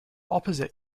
opposite